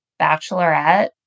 Bachelorette